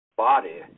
body